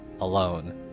alone